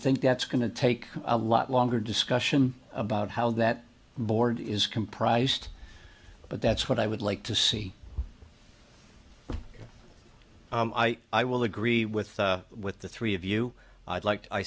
think that's going to take a lot longer discussion about how that board is comprised but that's what i would like to see i will agree with with the three of you i'd like